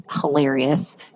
hilarious